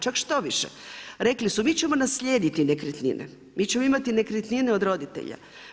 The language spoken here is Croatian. Čak štoviše, rekli su mi ćemo naslijediti nekretnine, mi ćemo imati nekretnine od roditelja.